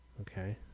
Okay